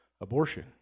abortion